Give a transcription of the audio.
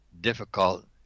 difficult